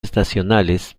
estacionales